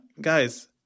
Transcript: guys